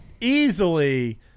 easily